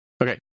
Okay